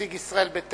נציג ישראל ביתנו,